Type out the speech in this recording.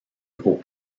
aux